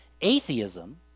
Atheism